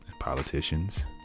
Politicians